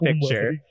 picture